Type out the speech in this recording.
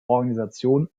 organisation